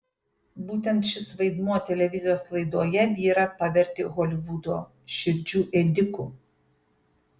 būtent šis vaidmuo televizijos laidoje vyrą pavertė holivudo širdžių ėdiku